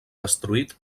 destruït